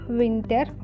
winter